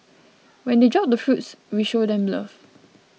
when they drop the fruits we show them love